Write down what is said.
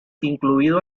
incluido